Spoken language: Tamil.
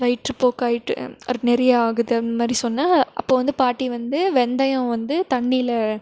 வயிற்றுப்போக்காயிட்டு நிறையா ஆகுது அந்த மாதிரி சொன்னேன் அப்போது வந்து பாட்டி வந்து வெந்தயம் வந்து தண்ணியில்